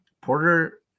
Porter